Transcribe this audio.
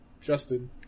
Justin